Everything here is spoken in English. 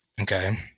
Okay